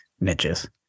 niches